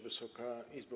Wysoka Izbo!